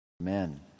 Amen